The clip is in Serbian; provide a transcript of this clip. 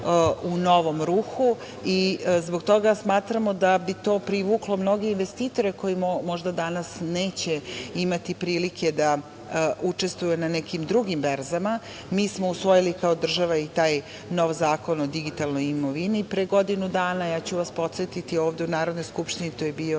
u novom ruhu. Zbog toga smatramo da bi to privuklo mnoge investitore koji možda danas neće imati prilike da učestvuju na nekim drugim berzama. Mi smo usvojili kao država i taj novi Zakon o digitalnoj imovini pre godinu dana, ja ću vas podsetiti, to je ovde u Narodnoj skupštini bio